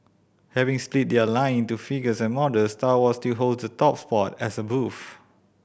having split their line into figures and models Star Wars still holds the top spot as a booth